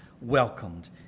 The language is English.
welcomed